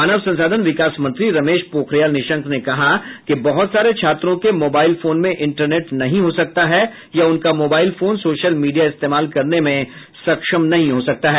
मानव संसाधन विकास मंत्री रमेश पोखरियाल निशंक ने कहा कि बहुत सारे छात्रों के मोबाइल फोन में इंटरनेट नहीं हो सकता है या उनका मोबाइल फोन सोशल मीडिया इस्तेमाल करने में सक्षम नहीं हो सकता है